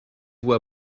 vous